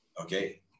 Okay